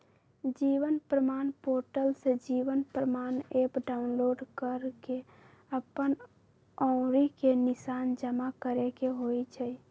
जीवन प्रमाण पोर्टल से जीवन प्रमाण एप डाउनलोड कऽ के अप्पन अँउरी के निशान जमा करेके होइ छइ